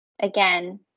again